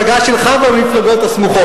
אני מעכשיו לא אשתמש בדימויים.